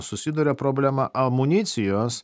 susiduria problema amunicijos